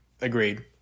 Agreed